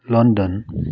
London